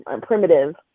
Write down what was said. primitive